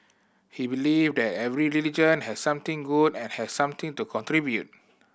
he believe that every religion has something good and has something to contribute